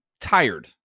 tired